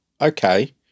okay